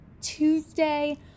Tuesday